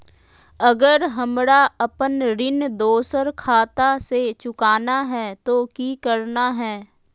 अगर हमरा अपन ऋण दोसर खाता से चुकाना है तो कि करना है?